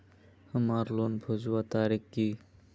हमार लोन भेजुआ तारीख की?